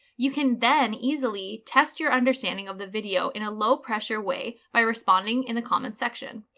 you can then easily test your understanding of the video in a low pressure way by responding in the comment section.